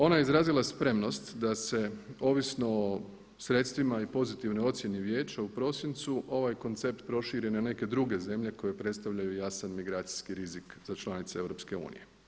Ona je izrazila spremnost da se ovisno o sredstvima i pozitivnoj ocjeni Vijeća u prosincu ovaj koncept proširene neke druge zemlje koje predstavljaju jasan migracijski rizik za članice EU.